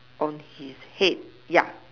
on his head yeah